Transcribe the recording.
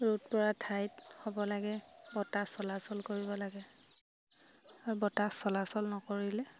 ৰ'দপৰা ঠাইত হ'ব লাগে বতাহ চলাচল কৰিব লাগে আৰু বতাহ চলাচল নকৰিলে